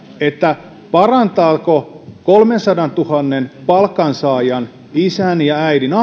parantaako kolmensadantuhannen ahkeran palkansaajan isän ja äidin